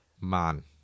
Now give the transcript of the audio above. Man